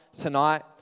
tonight